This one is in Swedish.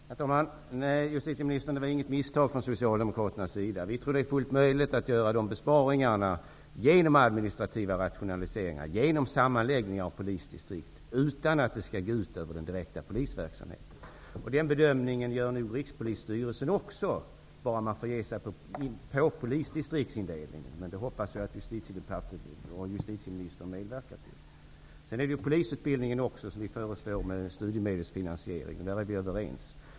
Herr talman! Nej, justitieministern, det var inget misstag från socialdemokraternas sida. Vi tror att det är fullt möjligt att göra dessa besparingar genom administrativa rationaliseringar och sammanläggningar av polisdistrikt utan att det skall gå ut över den direkta polisverksamheten. Den bedömningen gör Rikspolisstyrelsen också, bara man får ge sig på polisdistriktsindelningen. Det hoppas jag att Justitiedepartementet och justitieministern medverkar till. Det föreslås att polisutbildningen skall studiemedelsfinansieras, och där är vi överens.